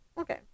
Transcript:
Okay